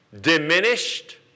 diminished